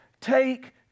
take